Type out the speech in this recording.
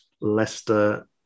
Leicester